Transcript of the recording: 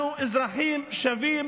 אנחנו אזרחים שווים.